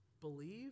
believe